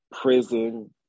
prison